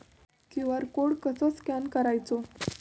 QR code कसो scan करायचो?